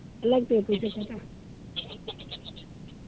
ᱚᱱᱟ ᱨᱮᱫᱚ ᱯᱚᱭᱥᱟ ᱵᱟᱠᱚ ᱦᱟᱛᱟᱣᱟ